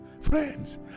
Friends